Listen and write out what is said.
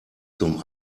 zum